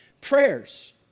prayers